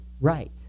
right